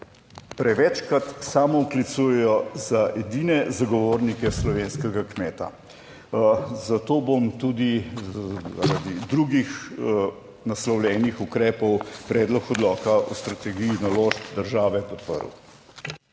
prevečkrat samooklicujejo za edine zagovornike slovenskega kmeta. Zato bom tudi zaradi drugih naslovljenih ukrepov predlog odloka o strategiji naložb države podprl.